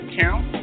count